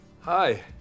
Hi